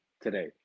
today